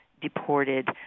deported